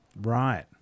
Right